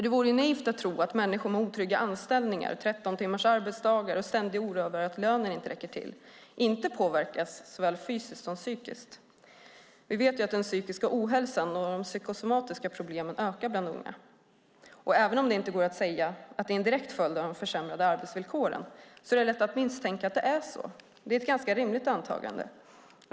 Det vore nämligen naivt att tro att människor med otrygga anställningar, 13 timmars arbetsdagar och en ständig oro över att lönen inte räcker till inte påverkas såväl psykiskt som fysiskt. Vi vet att den psykiska ohälsan och de psykosomatiska problemen ökar bland unga, och även om det inte går att säga att det är en direkt följd av de försämrade arbetsvillkoren är det lätt att misstänka att det är så. Det är ett ganska rimligt antagande.